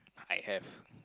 I have